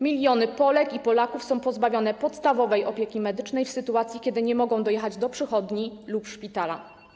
Miliony Polek i Polaków są pozbawione podstawowej opieki medycznej w sytuacji, kiedy nie mogą dojechać do przychodni lub szpitala.